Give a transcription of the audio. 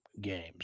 games